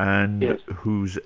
and whose